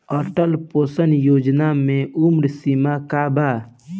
Atal pension योजना मे उम्र सीमा का बा?